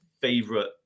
favorite